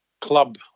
club